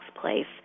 place